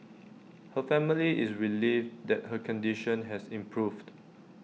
her family is relieved that her condition has improved